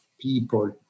people